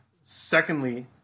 secondly